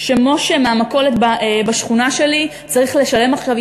שמשה מהמכולת בשכונה שלי צריך לשלם עכשיו,